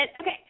Okay